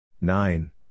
Nine